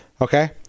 okay